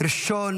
ראשון